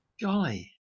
golly